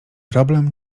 problem